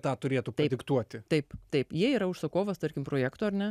taip taip jie yra užsakovas tarkim projekto ar ne